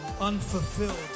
unfulfilled